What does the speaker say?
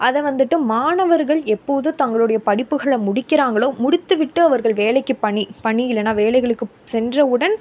அதை வந்துட்டு மாணவர்கள் எப்போது தங்களுடைய படிப்புகளை முடிக்கிறாங்களோ முடித்துவிட்டு அவர்கள் வேலைக்கு பணி பணி இல்லைன்னா வேலைகளுக்கு சென்றவுடன்